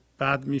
bad